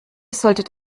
solltet